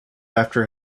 after